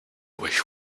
wish